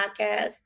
podcast